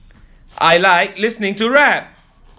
I like listening to rap